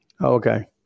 Okay